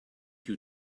you